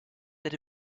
that